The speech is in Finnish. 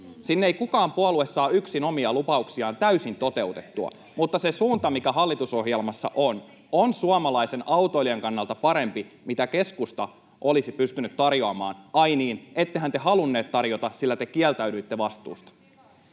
Sinne ei mikään puolue saa yksin omia lupauksiaan täysin toteutettua, mutta se suunta, mikä hallitusohjelmassa on, on suomalaisen autoilijan kannalta parempi kuin mitä keskusta olisi pystynyt tarjoamaan. Ai niin: ettehän te halunneet tarjota, sillä te kieltäydyitte vastuusta.